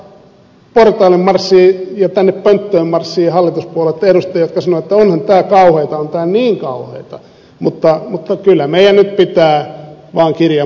siitä huolimatta portaille ja tänne pönttöön marssii hallituspuolueitten edustajia jotka sanovat että onhan tää kauheeta on tää niin kauheeta mutta kyllä meijän nyt pitää vaan kirjan mukaan mennä